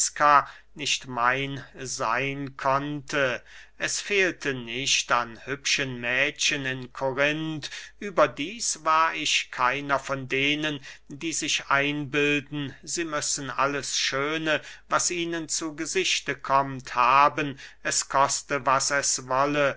nicht mein seyn konnte es fehlte nicht an hübschen mädchen in korinth überdieß war ich keiner von denen die sich einbilden sie müssen alles schöne was ihnen zu gesichte kommt haben es koste was es wolle